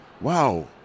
wow